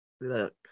Look